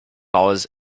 always